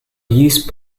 use